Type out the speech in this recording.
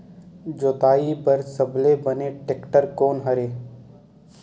जोताई बर सबले बने टेक्टर कोन हरे?